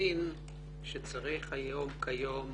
הבין שצריך כיום